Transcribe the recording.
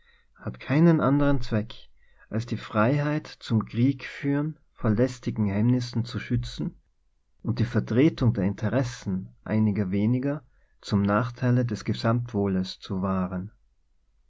hat keinen anderen zweck als die freiheit zum kriegführen vor lästigen hemmnissen zu schützen und die vertretung der interessen einiger weniger zum nachteile des gesamt wohles zu wahren